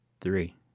three